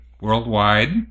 worldwide